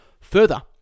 Further